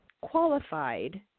qualified